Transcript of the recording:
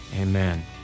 amen